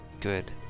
good